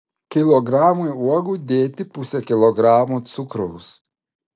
kilogramui uogų dėti pusę kilogramo cukraus